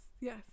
yes